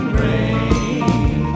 rain